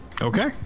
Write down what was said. Okay